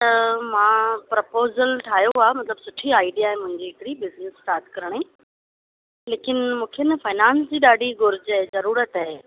त मां प्रपोसल ठाहियो आहे मतिलबु सुठी आइडिया आहे मुंहिंजी हिकिड़ी बिजनेस स्टार्ट करण जी लेकिन मूंखे न फिनांस जी ॾाढी घुरिजि आहे ज़रूरत आहे